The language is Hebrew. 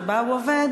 שבה הוא עובד,